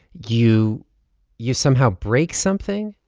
you you somehow break something?